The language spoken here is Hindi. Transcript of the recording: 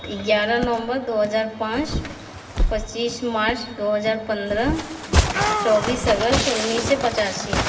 ग्यारह नवंबर दो हज़ार पाँच पच्चीस मार्च दो हज़ार पंद्रह चौबीस अगस्त उन्नीस साउ पचासी